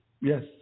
Yes